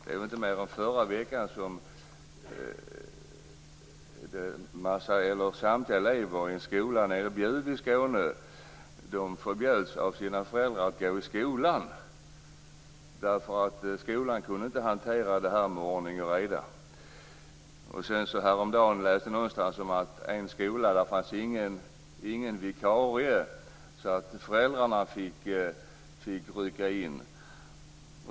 Det är väl inte mer än en vecka sedan samtliga elever i en skola i Bjuv i Skåne förbjöds av sina föräldrar att gå i skolan därför att skolan inte kunde hantera detta med ordning och reda. Häromdagen läste jag någonstans om en skola där det inte fanns någon vikarie utan föräldrarna fick rycka in.